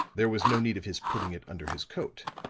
there was no need of his putting it under his coat.